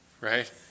right